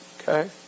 okay